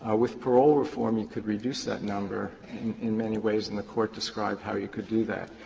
ah with parole reform, you could reduce that number in many ways, and the court described how you could do that,